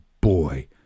boy